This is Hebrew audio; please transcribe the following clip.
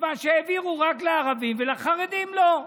מכיוון שהעבירו רק לערבים, ולחרדים לא.